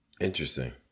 Interesting